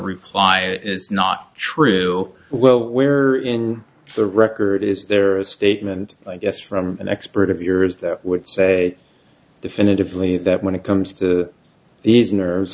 reply is not true where in the record is there a statement i guess from an expert of yours that would say definitively that when it comes to these nerves